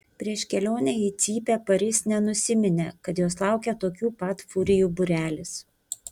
prieš kelionę į cypę paris nenusiminė kad jos laukia tokių pat furijų būrelis